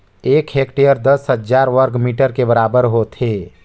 एक हेक्टेयर दस हजार वर्ग मीटर के बराबर होथे